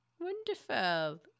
Wonderful